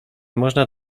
można